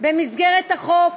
במסגרת החוק